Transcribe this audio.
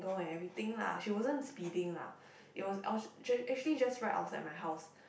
and everything lah she wasn't speeding lah it was actually just right outside my house